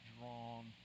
drawn